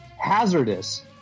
hazardous